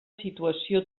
situació